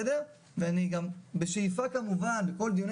ואני גם בשאיפה כמובן בכל דיוני